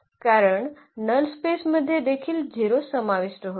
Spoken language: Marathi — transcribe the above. कारण नल स्पेसमध्ये देखील 0 समाविष्ट होईल